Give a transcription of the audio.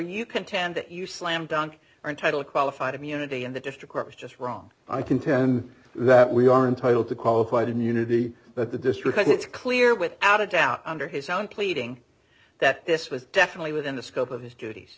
you contend that you slam dunk and title qualified immunity in the district court was just wrong i contend that we are entitled to qualified immunity but the district it's clear without a doubt under his own pleading that this was definitely within the scope of his duties